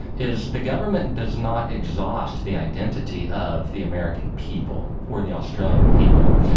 is the government does not exhaust the identity of the american people or the australian people.